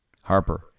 Harper